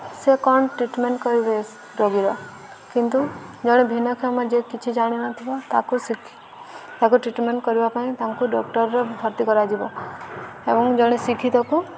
ସେ କ'ଣ ଟ୍ରିଟ୍ମେଣ୍ଟ୍ କରିବେ ରୋଗୀର କିନ୍ତୁ ଜଣେ ଭିନ୍ନକ୍ଷମ ଯିଏ କିଛି ଜାଣିନଥିବ ତାକୁ ତାକୁ ଟ୍ରିଟ୍ମେଣ୍ଟ୍ କରିବା ପାଇଁ ତାଙ୍କୁ ଡକ୍ଟର୍ରେ ଭର୍ତ୍ତି କରାଯିବ ଏବଂ ଜଣେ ଶିକ୍ଷିତକୁ